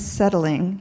settling